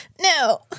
no